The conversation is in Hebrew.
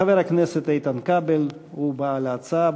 חבר הכנסת איתן כבל הוא בעל ההצעה.